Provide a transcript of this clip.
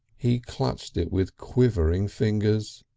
he clutched it with quivering fingers.